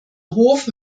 hof